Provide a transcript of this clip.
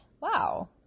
Wow